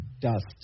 dust